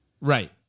right